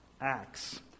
Acts